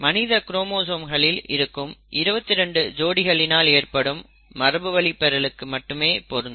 மனித குரோமோசோம்களில் இருக்கும் 22 ஜோடிகளினால் ஏற்படும் மரபுவழி பெறலுக்கு மட்டுமே பொருந்தும்